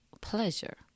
pleasure